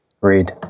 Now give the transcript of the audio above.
Read